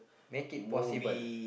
make it possible